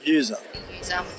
user